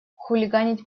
хулиганить